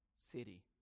city